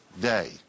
day